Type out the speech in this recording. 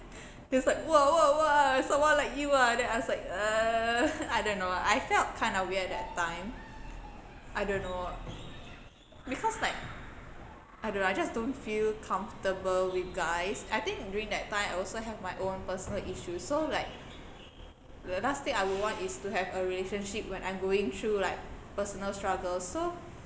he was like !wah! !wah! !wah! someone like you ah then I was like err I don't know I felt kind of weird that time I don't know because like I don't know I just don't feel comfortable with guys I think during that time I also have my own personal issue so like the last thing I would want is to have a relationship when I'm going through like personal struggles so